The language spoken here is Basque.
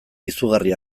izugarri